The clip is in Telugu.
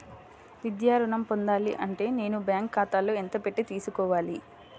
విద్యా ఋణం పొందాలి అంటే నేను బ్యాంకు ఖాతాలో ఎంత పెట్టి తీసుకోవాలి?